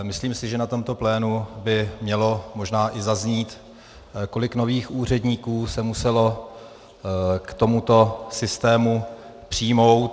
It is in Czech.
Myslím si, že na tomto plénu by mělo možná i zaznít, kolik nových úředníků se muselo k tomuto systému přijmout.